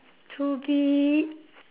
to be